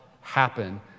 happen